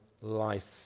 life